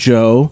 Joe